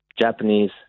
Japanese